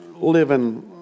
living